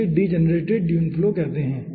तो इसे degenerated dune flow कहते हैं